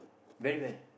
very very